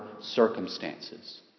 circumstances